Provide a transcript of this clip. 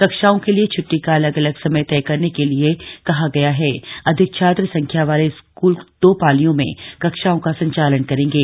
कक्षाओं के लिए छुट्टी का अलग अलग समय तय करने के लिये कहा गया है अधिक छात्र संख्या वाले स्क्ल दो पालियों में कक्षाओं का संचालन करेंगे